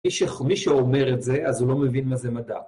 מי שאומר את זה, אז הוא לא מבין מה זה מדע.